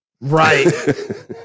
Right